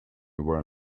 were